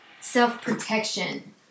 self-protection